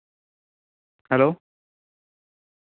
hello